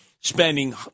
spending